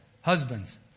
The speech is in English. husbands